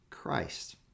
Christ